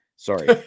Sorry